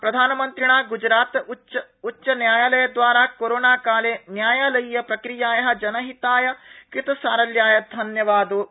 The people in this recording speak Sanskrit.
प्रधानमन्त्रिणा गुजरात उच्चन्यायालयद्वारा कोरोनाकाले न्यायलयीय प्रक्रियाया जनहिताय कृतसारल्याय धन्यवादो दत्त